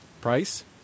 Price